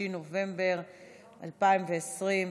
25 בנובמבר 2020,